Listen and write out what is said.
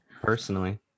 personally